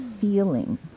feeling